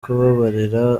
kubabarira